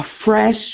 afresh